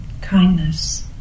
kindness